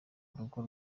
urugo